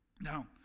Now